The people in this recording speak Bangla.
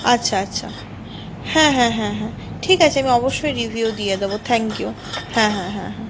আচ্ছা আচ্ছা হ্যাঁ হ্যাঁ হ্যাঁ হ্যাঁ ঠিক আছে আমি অবশ্যই রিভিউ দিয়ে দেব থ্যাঙ্ক ইউ হ্যাঁ হ্যাঁ হ্যাঁ হ্যাঁ